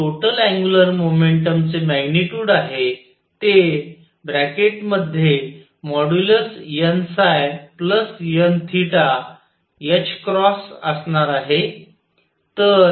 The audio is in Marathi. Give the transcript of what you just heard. L जे टोटल अँग्युलर मोमेंटम चे मॅग्निट्यूड आहे ते nn असणार आहे